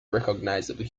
recognisable